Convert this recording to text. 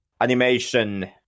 animation